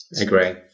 agree